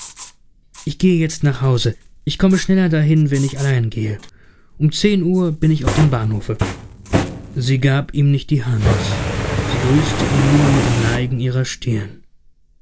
ich gehe jetzt nach hause ich komme schneller dahin wenn ich allein gehe um zehn uhr bin ich auf dem bahnhofe sie gab ihm nicht die hand sie grüßte ihn nur mit dem neigen ihrer stirn